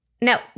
Now